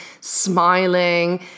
smiling